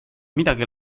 midagi